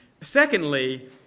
Secondly